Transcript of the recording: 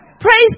Praise